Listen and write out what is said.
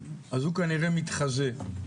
אז הוא כנראה מתחזה.